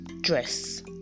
dress